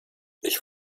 ich